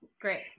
Great